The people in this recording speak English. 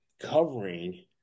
covering